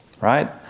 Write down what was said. right